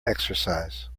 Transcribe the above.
exercise